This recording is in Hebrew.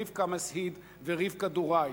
רבקה מסהיד ורבקה דוראי,